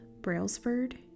Brailsford